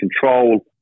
control